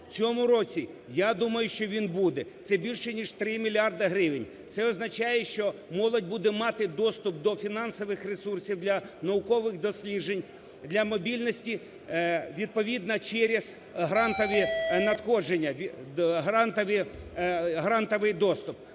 В цьому році, я думаю, що він буде. Це більше ніж 3 мільярди гривень. Це означає, що молодь буде мати доступ до фінансових ресурсів для наукових досліджень, для мобільності, відповідно через грантові надходження, грантовий доступ.